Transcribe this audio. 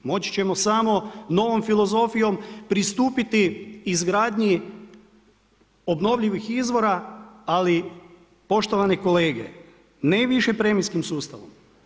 Moći ćemo samo novom filozofijom, pristupiti izgradnji obnovljivih izvora, ali poštovane kolege, ne više premijskim sustavom.